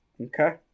Okay